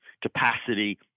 capacity